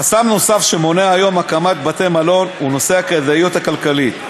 חסם נוסף שמונע היום הקמת בתי-מלון הוא הכדאיות הכלכלית.